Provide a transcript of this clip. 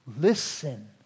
Listen